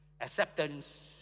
acceptance